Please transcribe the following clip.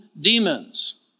demons